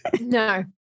No